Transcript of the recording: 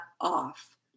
off